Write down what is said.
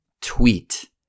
tweet